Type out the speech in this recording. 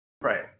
Right